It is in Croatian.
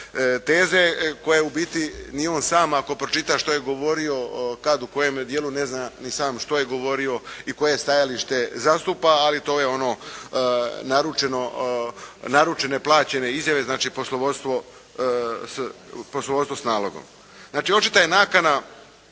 teze koje u biti ni on sam ako pročita što je govorio, kad u kojem dijelu ne zna ni sam šta je govorio i koje stajalište zastupa. Ali to je ono naručeno, naručene plaćene izjave, znači poslovodstvo s nalogom. Znači očita je nakana